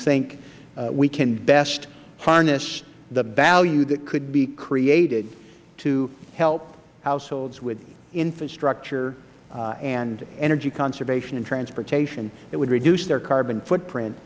think we can best harness the value that could be created to help households with infrastructure and energy conservation and transportation that would reduce their carbon footprint